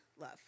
love